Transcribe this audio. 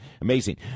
amazing